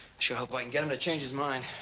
sure hope i can get him to change his mind.